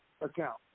account